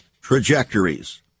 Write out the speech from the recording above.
trajectories